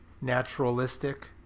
naturalistic